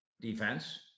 Defense